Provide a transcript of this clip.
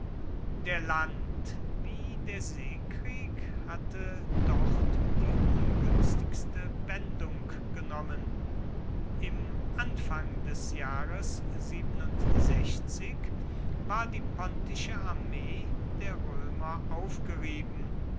der land wie der seekrieg hatte dort die ungünstigste wendung genommen im anfang des jahres war die pontische armee der römer aufgerieben